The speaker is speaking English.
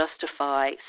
justify